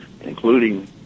including